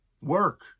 Work